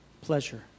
pleasure